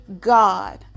God